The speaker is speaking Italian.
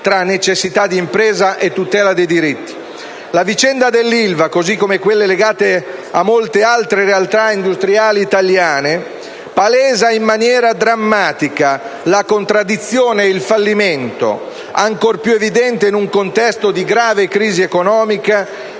tra necessità d'impresa e tutela dei diritti. La vicenda dell'Ilva, così come quelle legate a molte altre realtà industriali italiane, palesa in maniera drammatica la contraddizione e il fallimento, ancor più evidenti in un contesto di grave crisi economica,